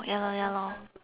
ya lor ya lor